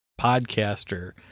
podcaster